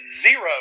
zero